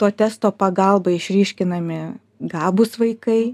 to testo pagalba išryškinami gabūs vaikai